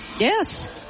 Yes